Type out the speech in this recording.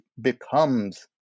becomes